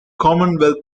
commonwealth